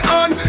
on